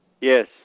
Yes